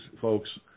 folks